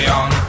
on